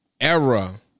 era